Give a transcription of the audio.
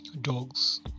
dogs